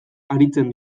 aritzen